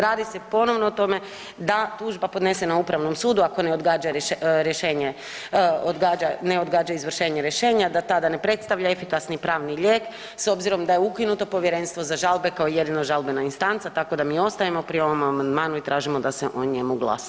Radi se ponovo o tome da tužba podnesena Upravnom sudu ako ne odgađa rješenje, odgađa, ne odgađa izvršenje rješenja da tada ne predstavlja efikasni pravni lijek s obzirom da je ukinuto povjerenstvo za žalbe kao jedina žalbena instanca tako da mi ostajemo pri ovom amandmanu i tražimo da se o njemu glasa.